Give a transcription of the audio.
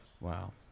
Wow